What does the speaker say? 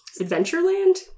Adventureland